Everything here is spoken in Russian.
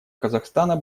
казахстана